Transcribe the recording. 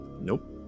nope